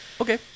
Okay